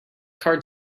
car